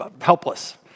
helpless